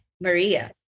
Maria